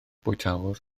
bwytäwr